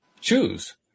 choose